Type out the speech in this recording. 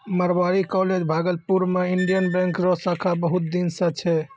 Marwari college Bhagalpur मे Indian Bank रो शाखा बहुत दिन से छै